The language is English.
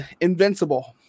invincible